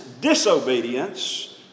disobedience